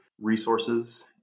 resources